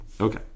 Okay